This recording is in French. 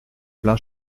plein